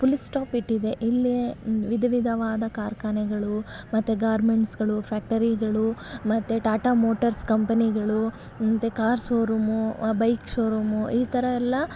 full stop ಇಟ್ಟಿದೆ ಇಲ್ಲೇ ವಿಧ ವಿಧವಾದ ಕಾರ್ಖಾನೆಗಳು ಮತ್ತು ಗಾರ್ಮೆಂಟ್ಸುಗಳು ಫ್ಯಾಕ್ಟರಿಗಳು ಮತ್ತು ಟಾಟಾ ಮೋಟರ್ಸ್ ಕಂಪನಿಗಳು ಮತ್ತು car showroom bike showroom ಈ ಥರ ಎಲ್ಲ